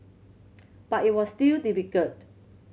but it was still difficult